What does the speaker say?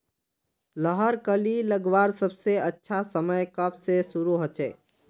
लहर कली लगवार सबसे अच्छा समय कब से शुरू होचए?